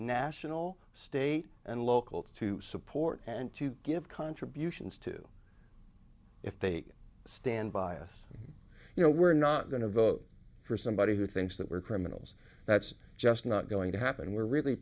national state and local to support and to give contributions to if they stand by us you know we're not going to vote for somebody who thinks that we're criminals that's just not going to happen we're really